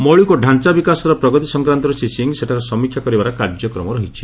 ମୌଳିକଡାଞ୍ଚା ବିକାଶର ପ୍ରଗତି ସଂକ୍ରାନ୍ତରେ ଶ୍ରୀ ସିଂ ସେଠାରେ ସମୀକ୍ଷା କରିବାର କାର୍ଯ୍ୟକ୍ରମ ରହିଛି